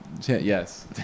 Yes